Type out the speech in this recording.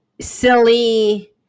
silly